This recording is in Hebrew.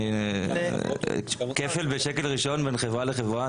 אני, כפל בשקל ראשון בין חברה לחברה?